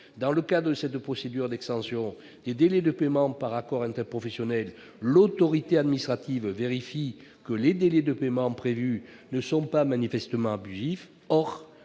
Dans le cadre de cette procédure d'extension des délais de paiement par accord interprofessionnel, l'autorité administrative vérifie que les délais de paiement prévus ne sont pas manifestement abusifs.